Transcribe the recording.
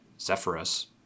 Zephyrus